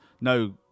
no